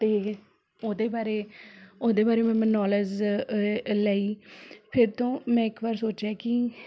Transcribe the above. ਅਤੇ ਉਹਦੇ ਬਾਰੇ ਉਹਦੇ ਬਾਰੇ ਮੈਂ ਨੌਲੇਜ਼ ਲਈ ਫਿਰ ਤੋਂ ਮੈਂ ਇੱਕ ਵਾਰ ਸੋਚਿਆ ਕਿ